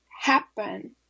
happen